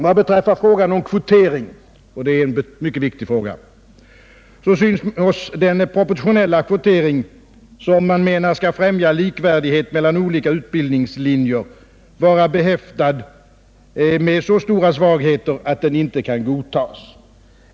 Vad beträffar frågan om kvotering — det är en mycket viktig fråga — synes oss den proportionella kvotering som man menar skall främja likvärdighet mellan olika utbildningslinjer vara behäftad med så stora svagheter att den inte kan godtas.